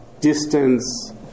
distance